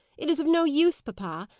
it is of no use, papa!